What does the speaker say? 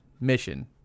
Mission